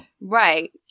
Right